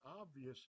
obvious